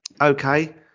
Okay